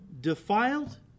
defiled